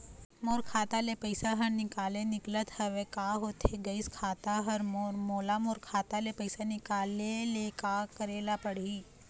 मोर खाता ले पैसा हर निकाले निकलत हवे, का होथे गइस खाता हर मोर, मोला मोर खाता ले पैसा निकाले ले का करे ले पड़ही?